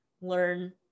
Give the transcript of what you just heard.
learn